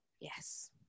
yes